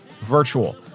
virtual